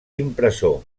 impressor